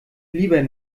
lieber